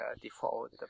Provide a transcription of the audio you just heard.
default